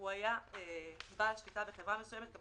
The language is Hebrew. לפי העניין, אם היה חייב בהגשתם לפי חוק מס ערך